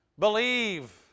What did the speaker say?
Believe